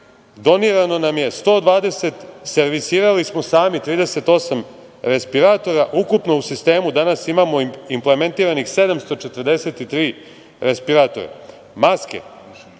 donirano nam je 120, servisirali smo sami 38 respiratora. Ukupno u sistemu danas imamo implementiranih 743 respiratora. Maske: